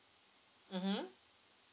mmhmm